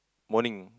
morning